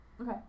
Okay